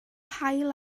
haul